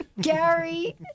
Gary